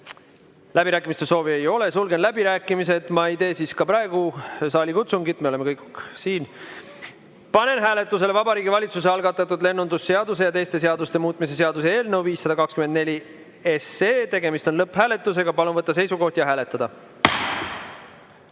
Läbirääkimiste soovi ei ole, sulgen läbirääkimised. Ma ei tee siis ka praegu saalikutsungit, me oleme kõik siin. Panen hääletusele Vabariigi Valitsuse algatatud lennundusseaduse ja teiste seaduste muutmise seaduse eelnõu 524. Tegemist on lõpphääletusega. Palun võtta seisukoht ja hääletada!